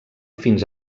fins